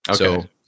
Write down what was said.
Okay